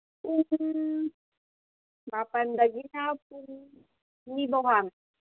ꯄꯨꯡ ꯃꯥꯄꯟꯗꯒꯤꯅ ꯄꯨꯡ ꯑꯅꯤꯐꯥꯎꯕ ꯍꯥꯡꯉꯤ